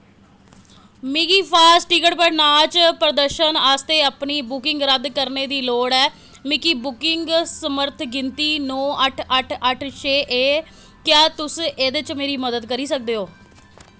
मिगी fast ticket पर नाच प्रदर्शन आस्तै अपनी बुकिंग रद्द करने दी लोड़ ऐ मिकी बुकिंग संदर्भ गिनतरी नौ अट्ठ अट्ठ अट्ठ अट्ठ छे ऐ क्या तुस एह्दे च मेरी मदद करी सकदे ओ